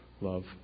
love